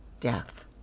death